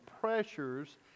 pressures